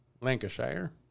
Lancashire